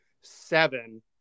seven